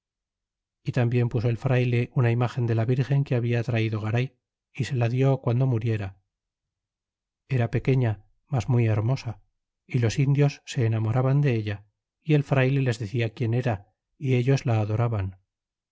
é tambien puso el frayle una imgen de la virgen que habia traido garay se la dió guando muriera era pequeña mas muy hermosa é los indios se enamoraban della y el frayle les decia quien era y ellos la adoraban